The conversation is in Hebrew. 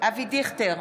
אבי דיכטר,